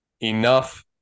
enough